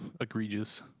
egregious